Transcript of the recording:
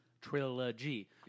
Trilogy